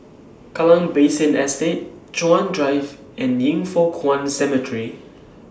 Kallang Basin Estate Chuan Drive and Yin Foh Kuan Cemetery